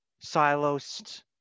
silos